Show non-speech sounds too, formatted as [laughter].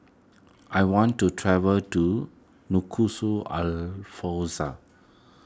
I want to travel to [unintelligible]